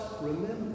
remember